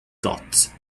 dots